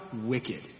wicked